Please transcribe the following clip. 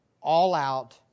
all-out